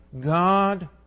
God